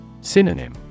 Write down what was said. Synonym